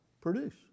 produce